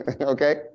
okay